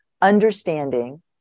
understanding